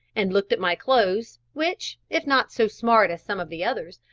and looked at my clothes, which, if not so smart as some of the others,